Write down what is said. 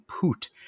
poot